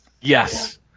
Yes